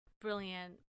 brilliant